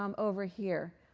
um over here.